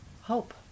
hope